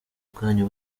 bwanyu